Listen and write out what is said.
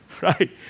right